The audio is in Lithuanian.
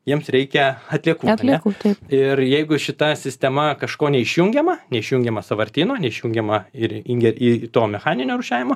jiems reikia atliekų ar ne ir jeigu šita sistema kažko neišjungiama neišjungiama sąvartyno neišjungiama ir įjungia į tą mechaninį rūšiavimą